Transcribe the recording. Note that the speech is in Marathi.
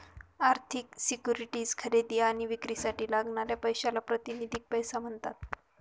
आर्थिक सिक्युरिटीज खरेदी आणि विक्रीसाठी लागणाऱ्या पैशाला प्रातिनिधिक पैसा म्हणतात